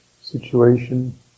situation